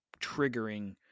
triggering